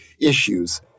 issues